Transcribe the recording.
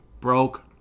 broke